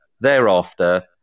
Thereafter